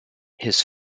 his